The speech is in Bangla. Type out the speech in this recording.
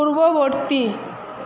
পূর্ববর্তী